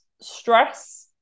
stress